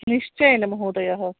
निश्चयेन महोदयः